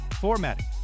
formatting